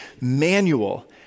manual